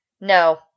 No